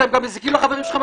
אתם גם מזיקים לחברים שלכם,